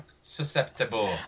susceptible